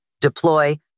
deploy